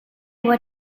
were